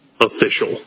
official